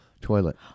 toilet